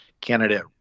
candidate